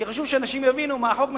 כי חשוב שאנשים יבינו מה החוק מציע.